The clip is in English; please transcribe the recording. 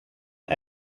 and